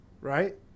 right